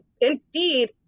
indeed